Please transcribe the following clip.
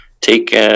take